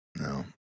No